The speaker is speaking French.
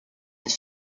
mais